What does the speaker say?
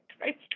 right